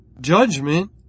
judgment